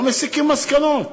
לא מסיקים מסקנות.